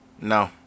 No